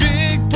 Big